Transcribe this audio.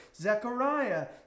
Zechariah